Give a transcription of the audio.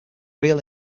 real